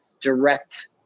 direct